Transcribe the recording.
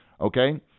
Okay